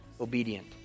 obedient